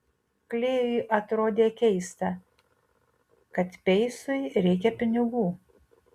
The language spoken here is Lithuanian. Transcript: klėjui atrodė keista kad peisui reikia pinigų